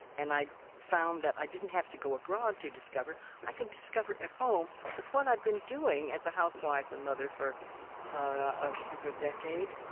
and i found that i didn't have to go abroad to discover. i could discover at home with what i had been doing as a housewife and mother for ah a good decade.